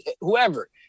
whoever